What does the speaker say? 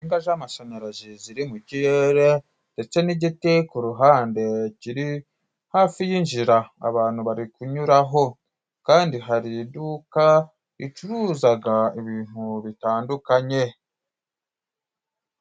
Insinga z'amashanyarazi ziri mu kirere ndetse n'igiti ku ruhande kiri hafi y'injira. Abantu bari kunyuraho kandi hari iduka ricuruzaga ibintu bitandukanye.